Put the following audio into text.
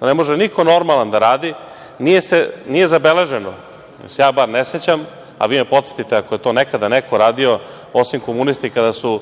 To ne može niko normalan da radi. Nije zabeleženo, ili se bar ja ne sećam, a vi me podsetite ako je to nekada neko radio, osim komunisti kada se